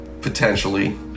potentially